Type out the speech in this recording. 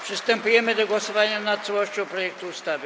Przystępujemy do głosowania nad całością projektu ustawy.